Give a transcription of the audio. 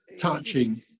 touching